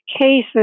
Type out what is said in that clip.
cases